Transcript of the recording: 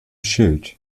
schild